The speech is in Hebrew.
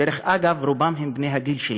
דרך אגב, רובם הם בני הגיל שלי,